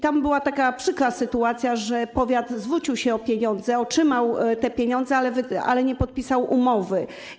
Tam była taka przykra sytuacja, że powiat zwrócił się o pieniądze, otrzymał te pieniądze, ale nie podpisał umowy.